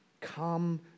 Come